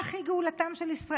כך היא גאולתן של ישראל,